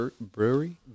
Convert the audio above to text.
Brewery